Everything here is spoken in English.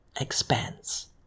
expands